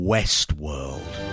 Westworld